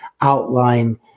outline